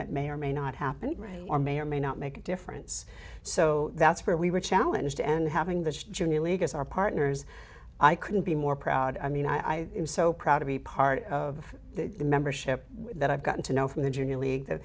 that may or may not happen or may or may not make a difference so that's where we were challenged and having this junior league as our partners i couldn't be more proud i mean i am so proud to be part of the membership that i've gotten to know from the junior league th